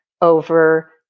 over